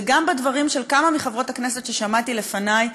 וגם בדברים של כמה מחברות הכנסת ששמעתי לפני,